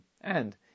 and